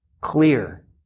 clear